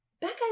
Becca